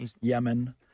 Yemen